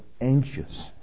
anxious